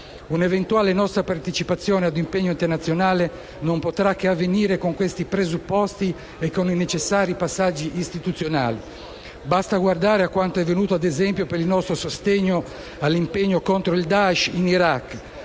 Un'eventuale nostra partecipazione ad un impegno internazionale non potrà che avvenire con questi presupposti e con i necessari passaggi istituzionali. Basta guardare a quanto avvenuto, ad esempio, per il nostro sostegno all'impegno contro il Daesh in Iraq,